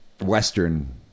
Western